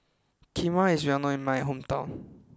Kheema is well known in my hometown